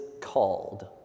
called